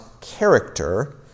character